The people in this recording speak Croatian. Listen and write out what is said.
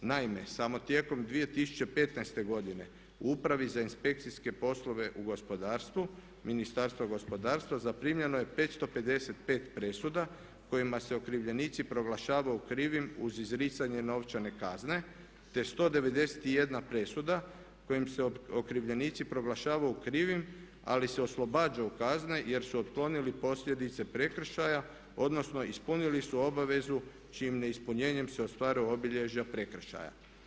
Naime, samo tijekom 2015. godine u Upravi za inspekcijske poslove u gospodarstvu Ministarstva gospodarstva zaprimljeno je 555 presuda kojima se okrivljenici proglašavaju krivim uz izricanje novčane kazne, te 191 presuda kojim se okrivljenici proglašavaju krivim ali se oslobađaju kazne jer su otklonili posljedice prekršaja, odnosno ispunili su obavezu čijim neispunjenjem se ostvaruju obilježja prekršaja.